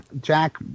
Jack